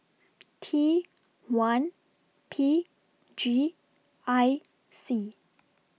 T one P G I C